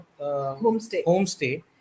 homestay